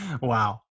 wow